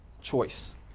choice